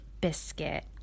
Biscuit